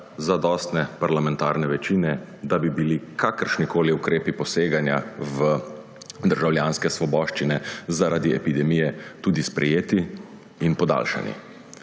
zadostne parlamentarne večine, da bi bili kakršnikoli ukrepi poseganja v državljanske svoboščine zaradi epidemije tudi sprejeti in podaljšani.